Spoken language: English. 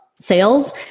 sales